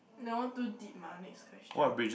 that one too deep mah next question